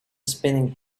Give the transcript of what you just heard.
spinning